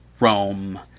rome